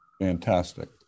Fantastic